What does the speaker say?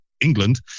England